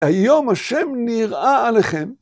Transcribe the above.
היום השם נראה עליכם.